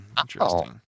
Interesting